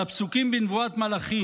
על הפסוקים בנבואת מלאכי